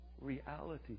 reality